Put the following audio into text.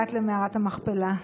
מתגעגעת למערת המכפלה.